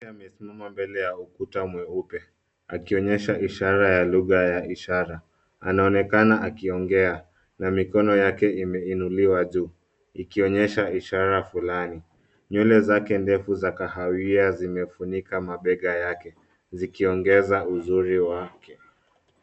Amesimama mbele ya ukuta mweupe, akionyesha ishara ya lugha ya ishara, anaonekana akiongea, na mikono yake imeinuliwa juu, ikionyesha ishara fulani. Nywele zake ndefu za kahawia zimefunika mabega yake, zikiongeza uzuri wake.